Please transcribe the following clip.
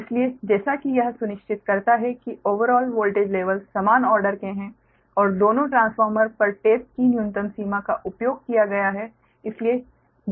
इसलिए जैसा कि यह सुनिश्चित करता है कि ओवर ऑल वोल्टेज लेवल समान ऑर्डर के है और दोनों ट्रांसफॉर्मर पर टेप की न्यूनतम सीमा का उपयोग किया गया है